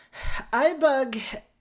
iBug